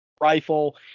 rifle